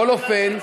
בכל אופן,